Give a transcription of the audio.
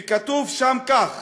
וכתוב שם כך: